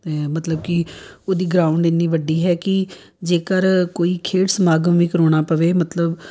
ਅਤੇ ਮਤਲਬ ਕਿ ਉਹਦੀ ਗਰਾਊਂਡ ਇੰਨੀ ਵੱਡੀ ਹੈ ਕਿ ਜੇਕਰ ਕੋਈ ਖੇਡ ਸਮਾਗਮ ਵੀ ਕਰਵਾਉਣਾ ਪਵੇ ਮਤਲਬ